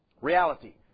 Reality